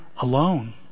alone